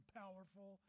powerful